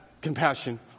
compassion